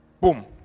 Boom